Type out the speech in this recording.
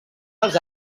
els